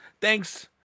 Thanks